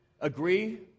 Agree